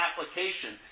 application